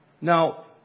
Now